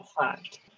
fact